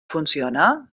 funciona